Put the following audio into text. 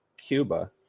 Cuba